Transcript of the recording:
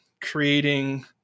creating